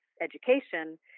education